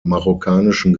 marokkanischen